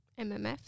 MMFs